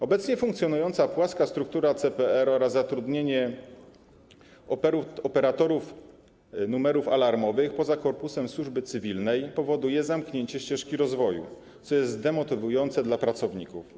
Obecnie funkcjonująca płaska struktura CPR oraz zatrudnienie operatorów numerów alarmowych poza korpusem służby cywilnej powodują zamknięcie ścieżki rozwoju, co jest demotywujące dla pracowników.